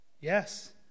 Yes